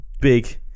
big